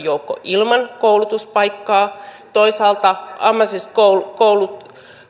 joukko ilman koulutuspaikkaa toisaalta ammatilliset koulut